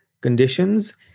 conditions